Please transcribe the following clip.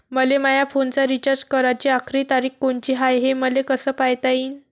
मले माया फोनचा रिचार्ज कराची आखरी तारीख कोनची हाय, हे कस पायता येईन?